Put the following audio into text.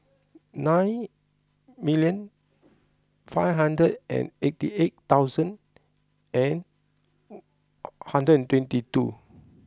nine million five hundred and eighty eight thousand and hundred and twenty two